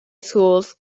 schools